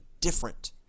different